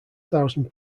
thousand